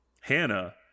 Hannah